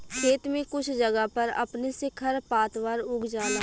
खेत में कुछ जगह पर अपने से खर पातवार उग जाला